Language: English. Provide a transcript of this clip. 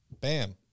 Bam